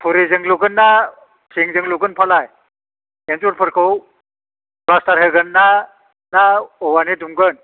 थुरिजों लुगोनना थिंजों लुगोन फालाय इन्जुर फोरखौ फ्लास्तार होगोन ना ना औवानि दुमगोन